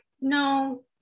No